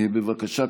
בבקשה,